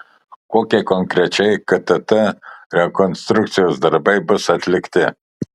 kokie konkrečiai ktt rekonstrukcijos darbai bus atlikti